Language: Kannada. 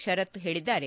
ಶರತ್ ಹೇಳಿದ್ದಾರೆ